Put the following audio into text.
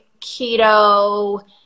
keto